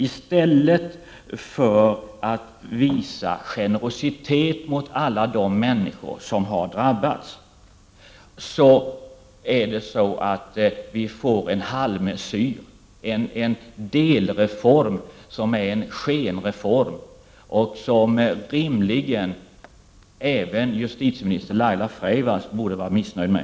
I stället för att man visar generositet mot alla de människor som har drabbats får vi nu en halvmesyr, en delreform som är en skenreform, som rimligen även justitieminister Laila Freivalds borde vara missnöjd med.